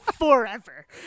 forever